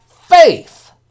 faith